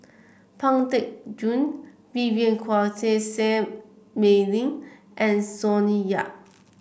Pang Teck Joon Vivien Quahe Seah Mei Lin and Sonny Yap